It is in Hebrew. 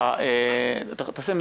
בקיצור,